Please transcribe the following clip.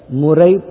murai